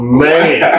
man